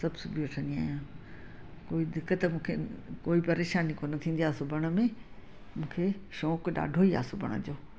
सभु सिबी वठंदी आहियां कोई दिक़तु मूंखे कोई परेशानी कोन्ह थींदी आहे सिबण में मूंखे शौंकु ॾाढो ई आहे सिबण जो